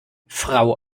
frau